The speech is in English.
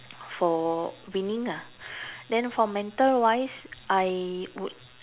for winning ah then for mental wise I would